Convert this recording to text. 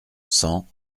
cent